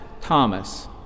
Thomas